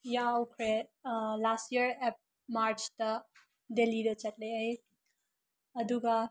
ꯌꯥꯎꯈ꯭ꯔꯦ ꯂꯥꯁ ꯏꯌꯔ ꯃꯥꯔꯁꯇꯥ ꯗꯦꯂꯤꯗ ꯆꯠꯂꯦ ꯑꯩ ꯑꯗꯨꯒ